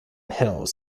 hills